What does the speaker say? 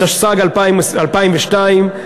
התשס"ג 2002,